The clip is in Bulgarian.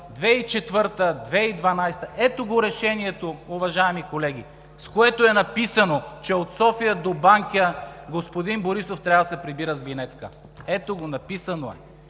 2004 – 2012 г. Ето го Решението, уважаеми колеги (показва), в което е написано, че от София до Банкя господин Борисов трябва да се прибира с винетка. Ето го, написано е!